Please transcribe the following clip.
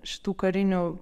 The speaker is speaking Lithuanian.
šitų karinių